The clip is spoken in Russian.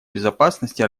безопасности